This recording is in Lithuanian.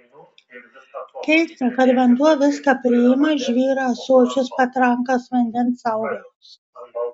keista kad vanduo viską priima žvyrą ąsočius patrankas vandens augalus